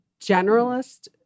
generalist